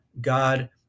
God